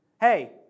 Hey